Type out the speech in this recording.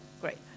Great